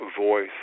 voice